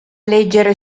leggere